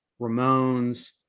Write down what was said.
Ramones